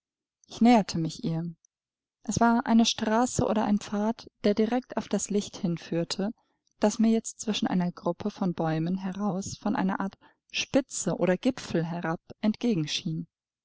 ich näherte mich ihr es war eine straße oder ein pfad der direkt auf das licht hinführte das mir jetzt zwischen einer gruppe von bäumen heraus von einer art spitze oder gipfel herab